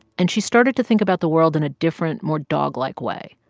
and she started to think about the world in a different, more dog-like way.